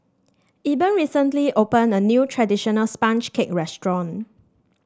Eben recently opened a new traditional sponge cake restaurant